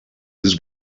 this